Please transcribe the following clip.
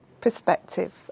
perspective